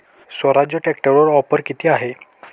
स्वराज्य ट्रॅक्टरवर ऑफर किती आहे?